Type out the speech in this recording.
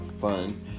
fun